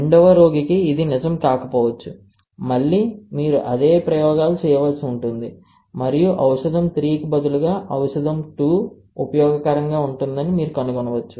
రెండవ రోగికి ఇది నిజం కాకపోవచ్చు మళ్ళీ మీరు అదే ప్రయోగాలు చేయవలసి ఉంటుంది మరియు ఔషధం 3 కు బదులుగా ఔషధం 2 ఉపయోగకరంగా ఉంటుందని మీరు కనుగొనవచ్చు